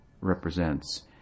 represents